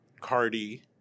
Cardi